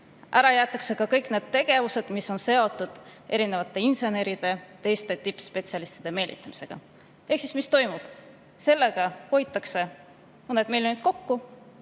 Ära jäetakse ka kõik need tegevused, mis on seotud erinevate inseneride ja teiste tippspetsialistide siia meelitamisega. Ehk mis siis toimub? Sellega hoitakse mõned miljonid kokku,